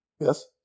Yes